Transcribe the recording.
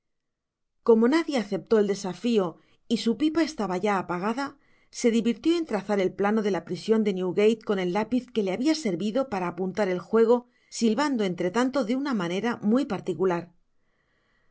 como nadie aceptó el desafio y su pipa estaba ya apagada se divirtió en trazar el plano de la prision de newgate con el lapiz que le habia servido para apuntar el juego silvando entre tanto de una manera muy particular